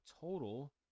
total